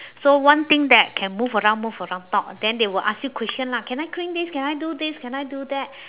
so one thing that can move around move around talk then they will ask you question lah can I clean this can I do this can I do that